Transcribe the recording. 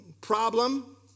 Problem